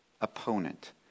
opponent